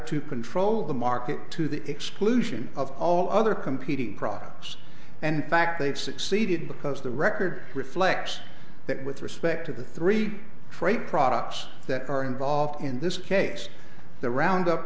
to control the market to the exclusion of all other competing products and fact they've succeeded because the record reflects that with respect to the three freight products that are involved in this case the roundup